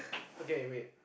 okay wait